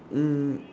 um